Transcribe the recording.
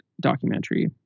documentary